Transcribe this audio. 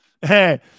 Hey